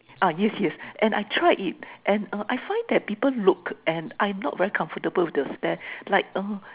ah yes yes and I try it and uh I find that people look and I'm not very comfortable with the stares like a